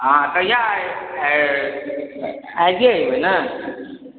हँ कहिआ आइजे एबै ने